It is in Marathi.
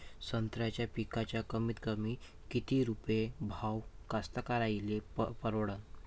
संत्र्याचा पिकाचा कमीतकमी किती रुपये भाव कास्तकाराइले परवडन?